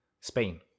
Spain